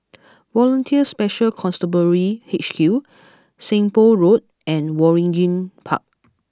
Volunteer Special Constabulary H Q Seng Poh Road and Waringin Park